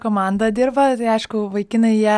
komanda dirba ir aišku vaikinai jie